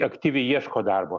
aktyviai ieško darbo